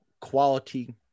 quality